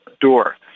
door